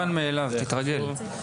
מובן מאליו, תתרגל.